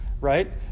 right